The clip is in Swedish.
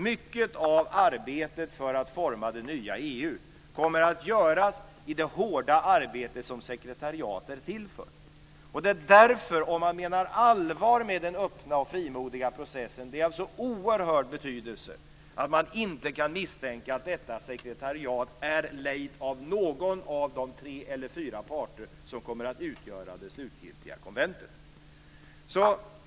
Mycket av arbetet för att forma det nya EU kommer att göras i det hårda arbetet som sekretariatet är till för. Om man menar allvar med den öppna och frimodiga processen är det av oerhört stor betydelse att man inte kan misstänka att detta sekretariat är lejt av någon av de tre eller fyra parter som kommer att utgöra det slutgiltiga konventet.